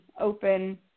open